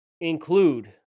include